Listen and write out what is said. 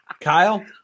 Kyle